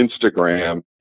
Instagram